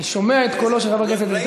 אנחנו מאפשרים לך להצביע, חברת הכנסת גלאון.